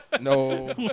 No